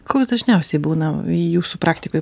koks dažniausiai būna jūsų praktikoj